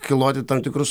kiloti tam tikrus